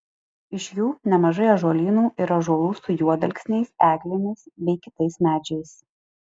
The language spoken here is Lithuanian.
iš jų nemažai ąžuolynų ir ąžuolų su juodalksniais eglėmis bei kitais medžiais